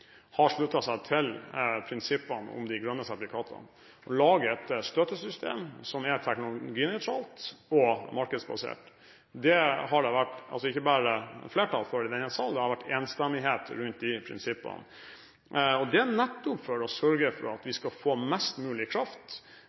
har det ikke bare vært flertall for i denne sal. Det har vært enstemmighet rundt de prinsippene. Det er nettopp for å sørge for at vi skal få mest mulig kraft